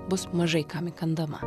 bus mažai kam įkandama